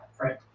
right